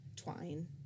Twine